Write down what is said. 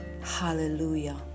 hallelujah